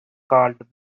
called